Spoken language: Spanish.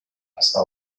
hasta